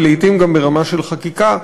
ולעתים גם ברמה של חקיקה,